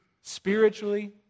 Spiritually